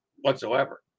whatsoever